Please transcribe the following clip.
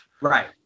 right